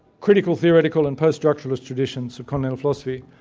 critical, theoretical and post-structuralist traditions of communal philosophy,